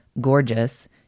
gorgeous